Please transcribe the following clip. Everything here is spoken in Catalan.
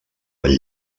bell